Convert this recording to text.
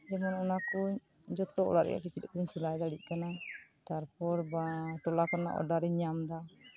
ᱡᱮᱢᱚᱱ ᱚᱱᱟᱠᱚ ᱡᱷᱚᱛᱚ ᱚᱲᱟᱜ ᱨᱮᱭᱟᱜ ᱠᱤᱪᱨᱤᱡ ᱦᱚᱧ ᱥᱮᱞᱟᱭ ᱫᱟᱲᱤᱭᱟᱜ ᱠᱟᱱᱟ ᱛᱟᱨᱯᱚᱨ ᱴᱚᱞᱟ ᱨᱮᱱᱟᱜ ᱚᱰᱟᱨ ᱤᱧ ᱧᱟᱢ ᱮᱫᱟ